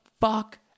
fuck